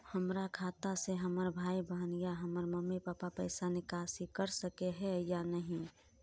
हमरा खाता से हमर भाई बहन या हमर मम्मी पापा पैसा निकासी कर सके है या नहीं?